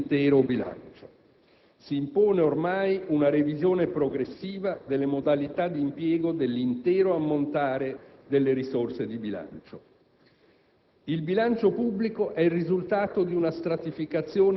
delle conoscenze non richiedesse una continua revisione dell'intero bilancio. Si impone ormai una revisione progressiva delle modalità d'impiego dell'intero ammontare delle risorse di bilancio.